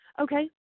Okay